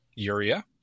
Uria